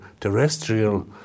terrestrial